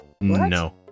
No